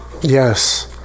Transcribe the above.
Yes